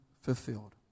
fulfilled